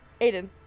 Aiden